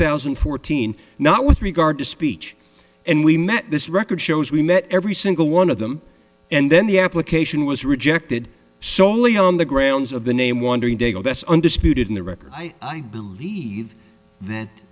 thousand and fourteen now with regard to speech and we met this record shows we met every single one of them and then the application was rejected solely on the grounds of the name wandering daigle that's undisputed in the record i believe that